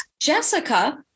jessica